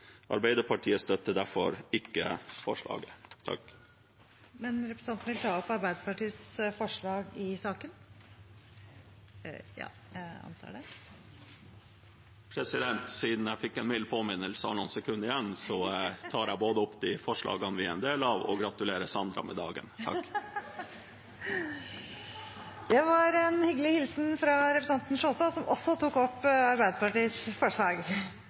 Arbeiderpartiet støtter derfor ikke forslaget. Men representanten vil vel ta opp Arbeiderpartiets forslag i saken? Siden jeg fikk en mild påminnelse og har noen sekunder igjen, tar jeg både opp de forslagene vi er en del av, og gratulerer Sandra Borch med dagen! Det var en hyggelig hilsen fra representanten Runar Sjåstad, som også tok opp Arbeiderpartiets forslag.